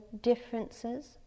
differences